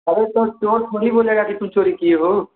अरे तो चोर थोड़ी बोलेगा की तुम चोरी किए हो